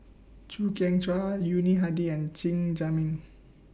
Chew Kheng Chuan Yuni Hadi and Chen Zhiming